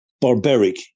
barbaric